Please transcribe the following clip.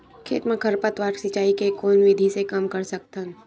खेत म खरपतवार सिंचाई के कोन विधि से कम कर सकथन?